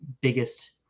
biggest